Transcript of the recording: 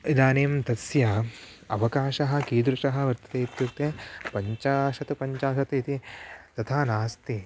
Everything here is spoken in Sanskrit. इदानीं तस्य अवकाशः कीदृशः वर्तते इत्युक्ते पञ्चाशत् पञ्चाशत् इति तथा नस्ति